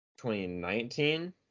2019